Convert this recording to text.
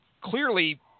clearly